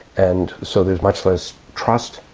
and so there is much less trust,